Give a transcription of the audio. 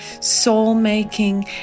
soul-making